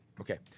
Okay